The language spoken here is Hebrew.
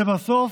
לבסוף,